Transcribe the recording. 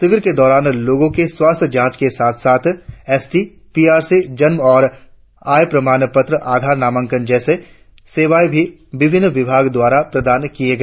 शिविर के दौरान लोगो के स्वास्थ्य जांच के साथ साथ S T P R C जन्म और आय प्रमाण पत्र आधार नामांकन जैसे सेवाए भी विभिन्न विभाग द्वारा प्रदान किया गया